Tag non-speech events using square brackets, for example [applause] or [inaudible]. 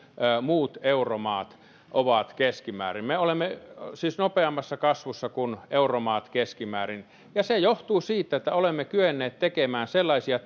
muut euromaat ovat keskimäärin me olemme siis nopeammassa kasvussa kuin euromaat keskimäärin ja se johtuu siitä että olemme kyenneet tekemään sellaisia [unintelligible]